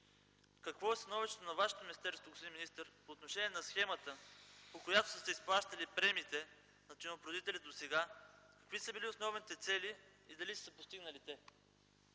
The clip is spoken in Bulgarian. Какво е становището на вашето министерство, господин министър, по отношение на схемата, по която са се изплащали премиите на тютюнопроизводителите досега, какви са били основните цели и дали са се постигнали те?